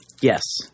Yes